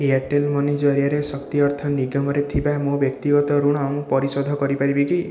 Airtel money ଜରିଆରେ ଶକ୍ତି ଅର୍ଥ ନିଗମରେ ଥିବା ମୋ ବ୍ୟକ୍ତିଗତ ଋଣ ମୁଁ ପରିଶୋଧ କରିପାରିବି କି